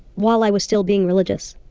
while i was still being religious.